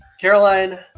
Caroline